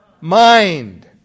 mind